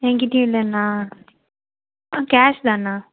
எங்கிட்டயும் இல்லைண்ணா ஆ கேஷ்தாண்ணா